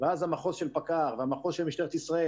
ואז המחוז של פקע"ר והמחוז של משטרת ישראל